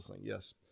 Yes